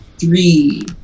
three